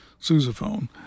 sousaphone